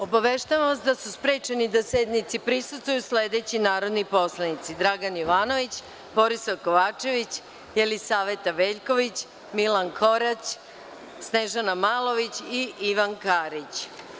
Obaveštavam vas da su sprečeni da sednici prisustvuju sledeći narodni poslanici: Dragan Jovanović, Borisav Kovačević, Jelisaveta Veljković, Milan Korać, Snežana Malović i Ivan Karić.